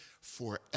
forever